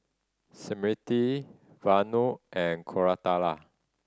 Smriti Vanu and Koratala